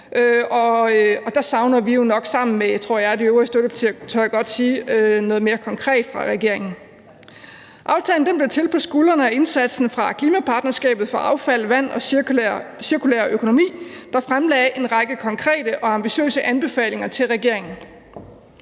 der savner vi jo nok sammen med de øvrige støttepartier, tør jeg godt sige, noget mere konkret fra regeringen. Aftalen blev til på ryggen af indsatsen fra klimapartnerskabet for affald, vand og cirkulær økonomi, der fremlagde en række konkrete og ambitiøse anbefalinger til regeringen.